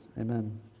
Amen